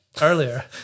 earlier